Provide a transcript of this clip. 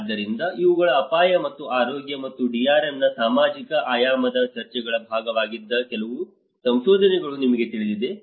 ಆದ್ದರಿಂದ ಇವುಗಳು ಅಪಾಯ ಮತ್ತು ಆರೋಗ್ಯ ಮತ್ತು DRM ನ ಸಾಮಾಜಿಕ ಆಯಾಮದ ಚರ್ಚೆಗಳ ಭಾಗವಾಗಿದ್ದ ಕೆಲವು ಸಂಶೋಧನೆಗಳು ನಿಮಗೆ ತಿಳಿದಿದೆ